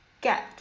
get